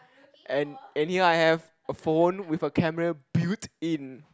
and and here I have a phone with a camera built in